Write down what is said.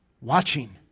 watching